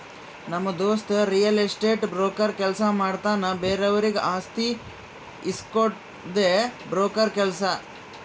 ನಮ್ ದೋಸ್ತ real estate broker ಕೆಲ್ಸ ಮಾಡ್ತಾನ್ ಬೇರೆವರಿಗ್ ಆಸ್ತಿ ಇಸ್ಕೊಡ್ಡದೆ ಬ್ರೋಕರ್ ಕೆಲ್ಸ